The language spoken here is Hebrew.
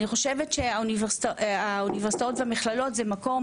אני חושבת שהאוניברסיטאות והמכללות הן מקום